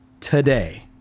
today